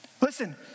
Listen